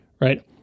right